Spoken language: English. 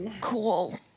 Cool